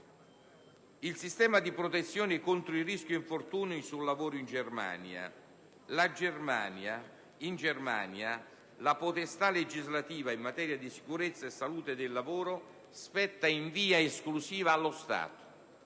al sistema di protezione tedesco contro il rischio di infortuni sul lavoro, segnalo che in Germania la potestà legislativa in materia di sicurezza e salute del lavoro spetta in via esclusiva allo Stato.